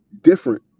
different